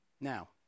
Now